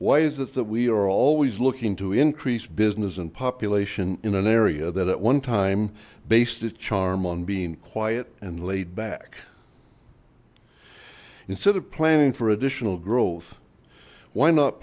why is it that we are always looking to increase business and population in an area that at one time based its charm on being quiet and laid back instead of planning for additional growth why not